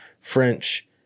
French